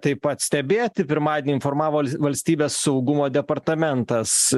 taip pat stebėti pirmadienį informavo valstybės saugumo departamentas